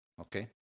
Okay